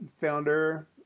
founder